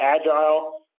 agile